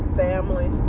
family